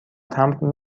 تمبر